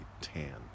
tan